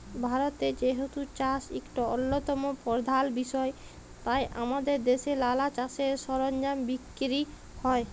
ভারতে যেহেতু চাষ ইকট অল্যতম পরধাল বিষয় তাই আমাদের দ্যাশে লালা চাষের সরলজাম বিক্কিরি হ্যয়